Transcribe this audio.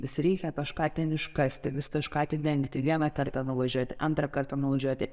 vis reikia kažką ten iškasti vis kažką atidengti vieną kartą nuvažiuoti antrą kartą nuvažiuoti